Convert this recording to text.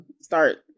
start